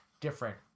different